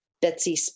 Betsy